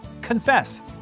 confess